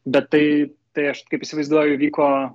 bet tai tai aš kaip įsivaizduoju vyko